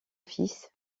fils